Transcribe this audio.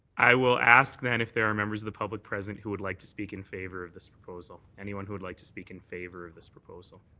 i will ask, then, if there are members of the public present who would like to speak in favour of this proposal. anyone who would like to speak in favour of this proposal.